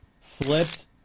flipped